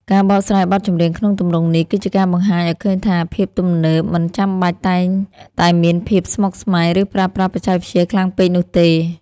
ការបកស្រាយបទចម្រៀងក្នុងទម្រង់នេះ គឺជាការបង្ហាញឱ្យឃើញថា ភាពទំនើបមិនចាំបាច់តែងតែមានភាពស្មុគស្មាញ ឬប្រើប្រាស់បច្ចេកវិទ្យាខ្លាំងពេកនោះទេ។